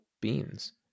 beans